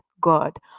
God